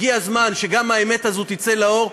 הגיע הזמן שגם האמת הזאת תצא לאור,